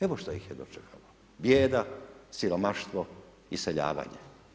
Evo što ih je dočekalo, bijeda, siromaštvo, iseljavanje.